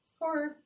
horror